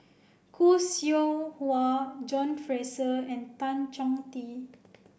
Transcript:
Khoo Seow Hwa John Fraser and Tan Chong Tee